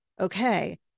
okay